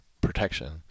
protection